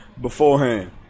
beforehand